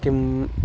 किम्